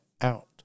out